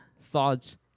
thoughts